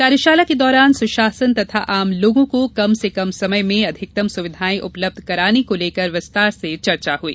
कार्यशाला के दौरान सुशासन तथा आम लोगों को कम से कम समय में अधिकतम सुविधाएं उपलब्ध कराने को लेकर विस्तार से चर्चा हुई